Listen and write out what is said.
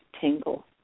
tingle